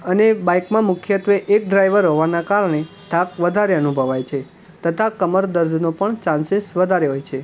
અને બાઇકમાં મુખ્યત્ત્વે એક ડ્રાઈવર હોવાનાં કારણે થાક વધારે અનુભવાય છે તથા કમર દર્દનો પણ ચાન્સીસ વધારે હોય છે